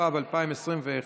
התשפ"ב 2021,